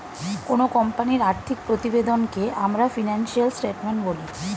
কোনো কোম্পানির আর্থিক প্রতিবেদনকে আমরা ফিনান্সিয়াল স্টেটমেন্ট বলি